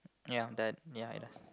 ya that ya ya